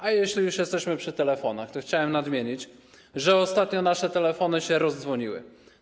A jeśli już jesteśmy przy kwestii telefonów, to chciałbym nadmienić, że ostatnio nasze telefony się rozdzwoniły.